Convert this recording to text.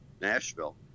Nashville